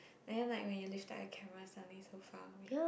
and then like when you reach out it can run somewhere so far away